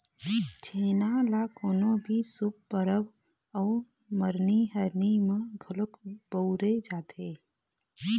छेना ल कोनो भी शुभ परब अउ मरनी हरनी म घलोक बउरे जाथे